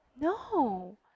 No